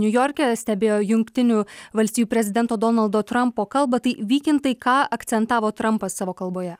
niujorke stebėjo jungtinių valstijų prezidento donaldo trampo kalbą tai vykintai ką akcentavo trampas savo kalboje